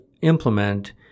implement